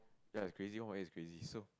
ya it's crazy one why is crazy so